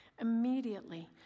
Immediately